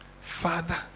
Father